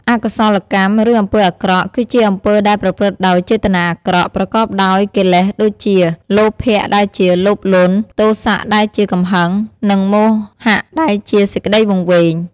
អកុសលកម្ម ឬ អំពើអាក្រក់ គឺជាអំពើដែលប្រព្រឹត្តដោយចេតនាអាក្រក់ ប្រកបដោយកិលេសដូចជា លោភៈដែលជា លោភលន់ ទោសៈ ដែលជា កំហឹង និងមោហៈ ដែលជា សេចក្តីវង្វេង។